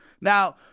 Now